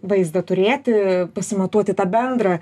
vaizdą turėti pasimatuoti tą bendrą